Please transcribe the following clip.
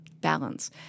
balance